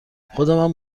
خودمم